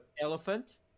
elephant